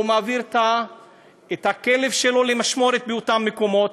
הוא מעביר את הכלב שלו למשמורת באותם מקומות.